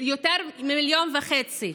יותר מ-1.5 מיליון,